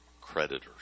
creditors